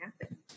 happen